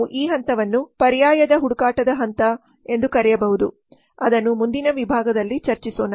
ನಾವು ಈ ಹಂತವನ್ನು ಪರ್ಯಾಯದ ಹುಡುಕಾಟದ ಹಂತ ಎಂದು ಕರೆಯಬಹುದು ಅದು ಮುಂದಿನ ವಿಭಾಗದಲ್ಲಿ ಚರ್ಚಿಸುತ್ತದೆ